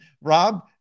Rob